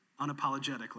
unapologetically